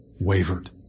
Wavered